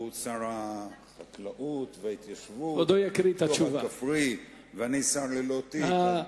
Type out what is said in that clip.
הוא שר החקלאות וההתיישבות ואני שר ללא תיק,